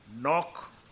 Knock